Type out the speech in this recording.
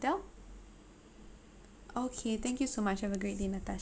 okay thank you so much have a great day natasha